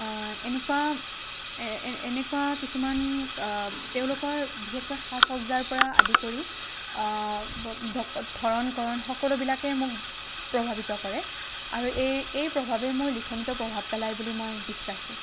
এনেকুৱা এনেকুৱা কিছুমান তেওঁলোকৰ বিশেষকৈ সাজ সজ্জাৰ পৰা আদি কৰি ধৰণ কৰণ সকলোবিলাকেই মোক প্ৰভাৱিত কৰে আৰু এই এই প্ৰভাৱেই মোৰ লিখনিটো প্ৰভাৱ পেলাই বুলি মই বিশ্ৱাসী